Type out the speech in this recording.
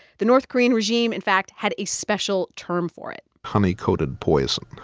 the north korean regime, in fact, had a special term for it honey-coated poison.